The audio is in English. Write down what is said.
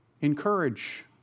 encourage